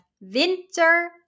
winter